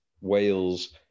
Wales